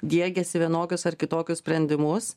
diegiasi vienokius ar kitokius sprendimus